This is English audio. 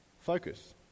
Focus